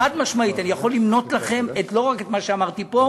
חד-משמעית אני יכול למנות לכם לא רק את מה שאמרתי פה,